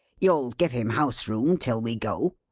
you'll give him house-room till we go?